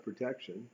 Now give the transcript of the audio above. protection